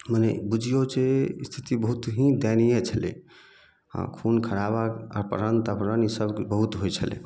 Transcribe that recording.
मने बुझियौ जे स्थिति बहुत ही दयनीए छलै खून खराबा अपहरण तपहरण ईसब बहुत होइत छलै